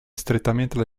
strettamente